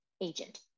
agent